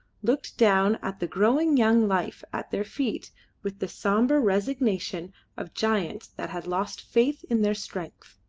looked down at the growing young life at their feet with the sombre resignation of giants that had lost faith in their strength.